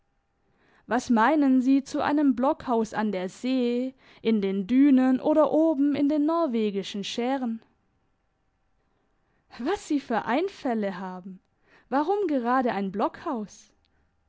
was meinen sie zu einem blockhaus an der see in den dünen oder oben in den norwegischen schären was sie für einfälle haben warum gerade ein blockhaus